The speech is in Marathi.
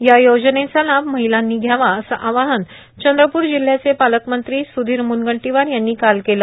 या योजनेचा लाभ महिलांनी घ्यावा असं आवाहन चंद्रपूर जिल्ह्याचे पालकमंत्री स्धीर म्नगंटीवार यांनी काल केलं